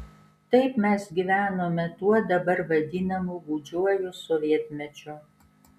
taip mes gyvenome tuo dabar vadinamu gūdžiuoju sovietmečiu